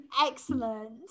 excellent